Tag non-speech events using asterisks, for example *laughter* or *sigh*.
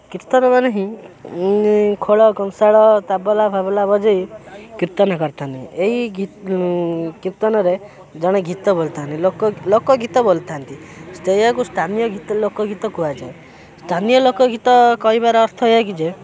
*unintelligible* ମାନେ ହିଁ ଖୋଳ କଂସାଳ ତାବଲା ଫାବଲା ବଜାଇ କୀର୍ତ୍ତନ କରିଥାନ୍ତି ଏହି କୀର୍ତ୍ତନରେ ଜଣେ ଗୀତ ବୋଲିଥାନ୍ତି ଲୋକ ଲୋକ ଗୀତ ବୋଲିଥାନ୍ତି ସେଇଆକୁ ସ୍ଥାନୀୟ ଲୋକ ଗୀତ କୁହାଯାଏ ସ୍ଥାନୀୟ ଲୋକ ଗୀତ କହିବାର ଅର୍ଥ ଏହା କି ଯେ